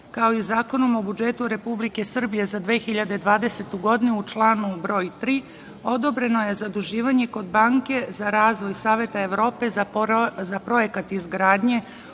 kao i Zakonom o budžetu Republike Srbije za 2020. godinu u članu 3. odobreno je zaduživanje kod Banke za razvoj Saveta Evrope za projekat izgradnje